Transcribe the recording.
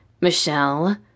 Michelle